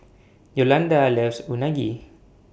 Yolanda loves Unagi